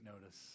notice